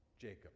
Jacob